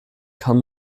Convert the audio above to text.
kann